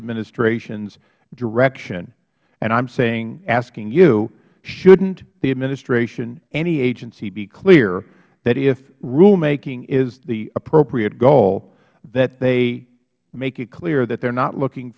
administration's direction and i am asking you shouldn't the administration any agency be clear that if rulemaking is the appropriate goal that they make it clear that they are not looking